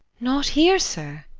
not here, sir?